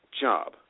job